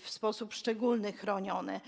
w sposób szczególny chronione.